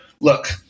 Look